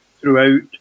throughout